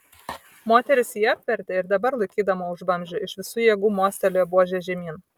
moteris jį apvertė ir dabar laikydama už vamzdžio iš visų jėgų mostelėjo buože žemyn